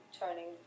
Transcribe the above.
turning